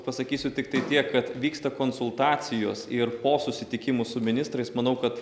pasakysiu tiktai tiek kad vyksta konsultacijos ir po susitikimų su ministrais manau kad